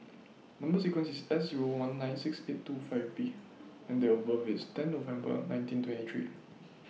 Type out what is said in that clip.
Number sequence IS Szero one nine six eight two five B and Date of birth IS ten November nineteen twenty three